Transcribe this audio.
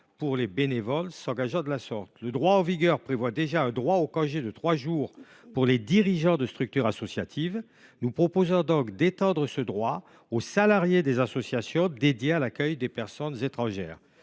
profit des bénévoles de ces associations. Le droit en vigueur prévoit déjà un droit au congé de trois jours pour les dirigeants de structure associative. Nous proposons de l’étendre aux salariés des associations dédiées à l’accueil des personnes étrangères,